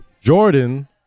jordan